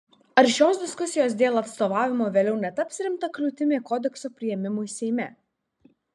ar šios diskusijos dėl atstovavimo vėliau netaps rimta kliūtimi kodekso priėmimui seime